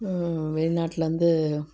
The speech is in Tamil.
வெளிநாட்லந்து